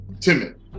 Timid